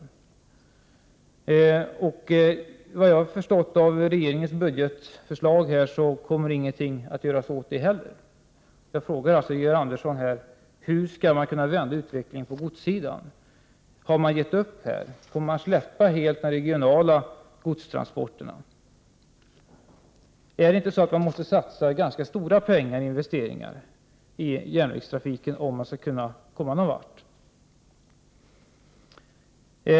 Enligt vad jag har förstått av regeringens budgetförslag kommer heller ingenting att göras åt det. Jag frågar Georg Andersson här: Hur skall man kunna vända utvecklingen på godssidan? Har man gett upp? Kommer man att helt släppa de regionala godstransporterna? Måste man inte satsa ganska stora pengar på investeringar i järnvägstrafiken om man skall kunna komma någon vart?